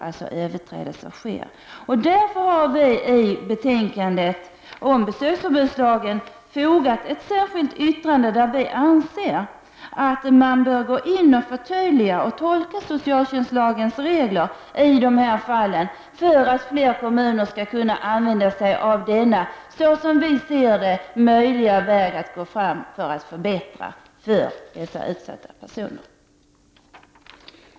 Vi i centerpartiet har fogat ett särskilt yttrande till betänkandet om besöksförbudslagen där det sägs att det finns ett behov av att en tolkning och ett förtydligande av socialtjänstlagens regler sker i dessa fall för att fler kommuner skall kunna använda sig av denna, som vi ser det, möjliga väg att gå fram för att förbättra förhållandena för dessa utsatta personer.